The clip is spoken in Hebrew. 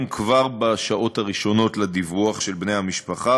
כבר בשעות הראשונות לאחר דיווח של בני המשפחה,